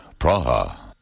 Praha